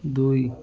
ଦୁଇ